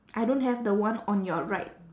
I don't have the one on your right